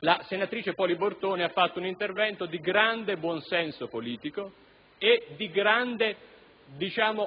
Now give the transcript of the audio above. la senatrice Poli Bortone ha svolto un intervento di grande buonsenso politico e di grande